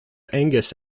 angus